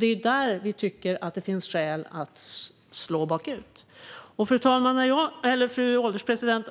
Det är där vi tycker att det finns skäl att slå bakut. Fru ålderspresident!